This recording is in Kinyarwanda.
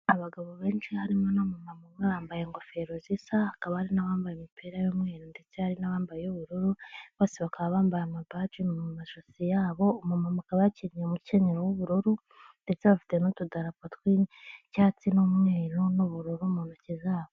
Abagabo benshi harimo n'umumama umwe bambaye ingofero zisa, hakaba hari n'abambaye imipira y'umweru ndetse hari n'abambaye iy'ubururu, bose bakaba bambaye amabaji mu majosi yabo, umumama akaba yakenyeye umukenyero w'ubururu ndetse bafite n'utudarapo tw'icyatsi n'umweru n'ubururu mu ntoki zabo.